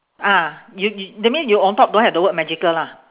ah you yo~ that mean you on top don't have the word magical lah